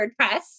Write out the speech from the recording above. WordPress